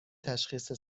تشخیص